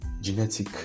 genetic